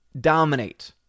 dominate